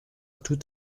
tout